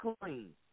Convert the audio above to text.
clean